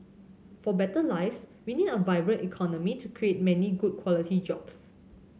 for better lives we need a vibrant economy to create many good quality jobs